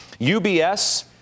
UBS